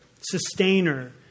sustainer